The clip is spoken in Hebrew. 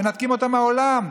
מנתקים אותם מהעולם.